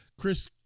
Chris